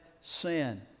sin